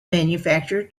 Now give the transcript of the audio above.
manufacturer